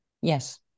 Yes